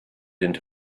into